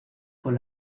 con